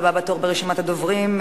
לבא בתור ברשימת הדוברים,